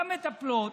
למטפלות,